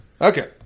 Okay